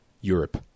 Europe